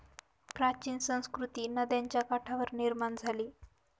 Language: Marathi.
प्राचीन संस्कृती नद्यांच्या काठावर निर्माण झाली